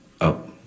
up